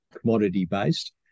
commodity-based